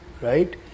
right